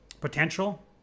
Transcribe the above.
potential